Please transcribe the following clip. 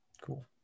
Cool